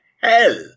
hell